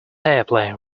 airplane